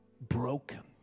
Broken